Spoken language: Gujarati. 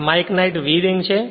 આ માઇકનાઇટ વી રીંગ છે